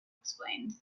explained